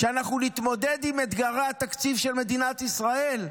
שאנחנו נתמודד עם אתגרי התקציב של מדינת ישראל?